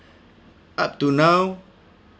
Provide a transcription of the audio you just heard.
up to now